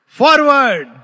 forward